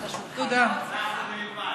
מיצחק אפשר ללמוד.